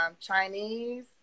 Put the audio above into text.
Chinese